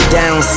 down